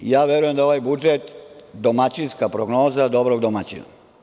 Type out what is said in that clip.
Ja verujem da je ovaj budžet domaćinska prognoza dobrog domaćina.